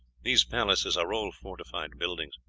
these palaces are all fortified buildings.